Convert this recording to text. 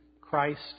Christ